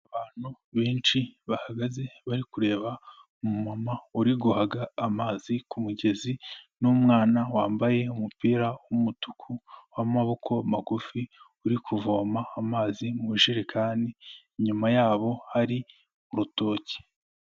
Abantu benshi bahagaze bari kureba umumama uri guhaga amazi ku mugezi n'umwana wambaye umupira w'umutuku w'amaboko magufi, uri kuvoma amazi mu ijerekani, inyuma yabo hari urutoki.